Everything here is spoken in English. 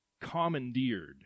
commandeered